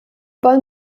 wollen